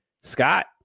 Scott